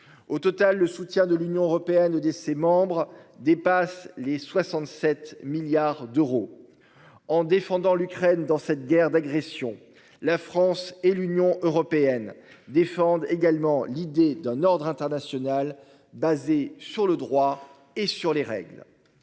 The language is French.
Au total, le soutien de l'Union européenne des ses membres dépasse les 67 milliards d'euros. En défendant l'Ukraine dans cette guerre d'agression. La France et l'Union européenne défendent également l'idée d'un ordre international basé sur le droit et sur les règles.